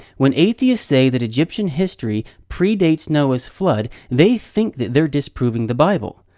when atheists say that egyptian history predates noah's flood, they think that they're disproving the bible.